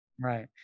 Right